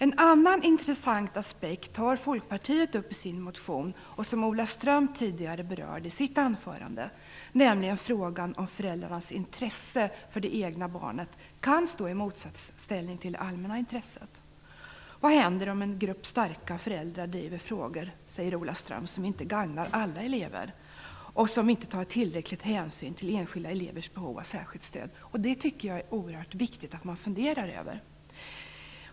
En annan intressant aspekt tar Folkpartiet upp i sin motion - Ola Ström berörde den i sitt anförande tidigare. Jag tänker på frågan, om föräldrarnas intresse för det egna barnet kan stå i motsatsställning till det allmänna intresset. Vad händer om en grupp starka föräldrar driver frågor som inte gagnar alla elever och som inte tar tillräcklig hänsyn till enskilda elevers behov av särskilt stöd? frågade Ola Ström. Det tycker jag att det är oerhört viktigt att man funderar över.